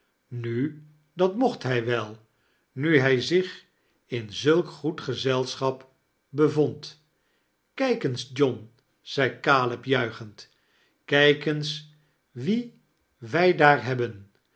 nu dat mocht hij wel mi hij zich in zulk goed gezelschap bevond krjk eens john zei caleb juichend kijk eens wien wij daar hebben